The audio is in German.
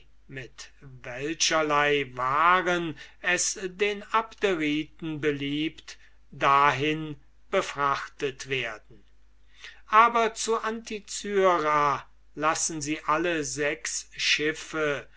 mit welcherlei waren es den abderiten beliebt dahin befrachtet werden aber zu anticyra lassen sie alle sechs schiffe